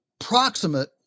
proximate